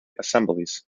assemblies